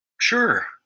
Sure